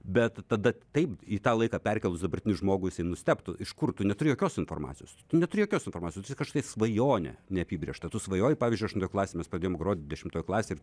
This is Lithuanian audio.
bet tada taip į tą laiką perkėlus dabartinį žmogų jisai nustebtų iš kur tu neturi jokios informacijos neturi jokios informacijos nu čia kažkokia svajonė neapibrėžta tu svajoji pavyzdžiui aštuntoj klasėj mes pradėjom grot dešimtoj klasėj